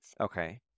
Okay